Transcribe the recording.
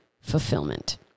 fulfillment